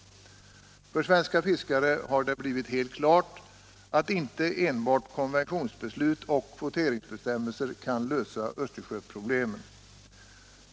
För svenska fiskare har det blivit helt klart att inte enbart konventionsbeslut och kvoteringsbestämmelser kan lösa Östersjöproblemen.